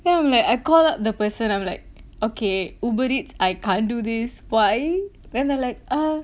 then I'm like I call up the person I'm like okay UberEats I can't do this why then they're like err